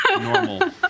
normal